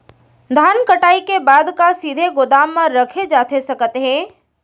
धान कटाई के बाद का सीधे गोदाम मा रखे जाथे सकत हे?